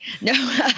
no